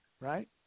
right